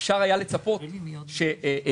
אפשר היה לצפות שדיסקונט,